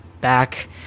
back